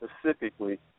specifically